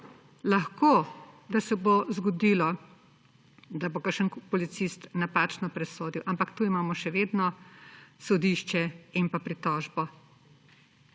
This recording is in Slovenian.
Lahko da se bo zgodilo, da bo kakšen policist napačno presodil, ampak tu imamo še vedno sodišče in pritožbo.